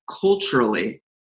culturally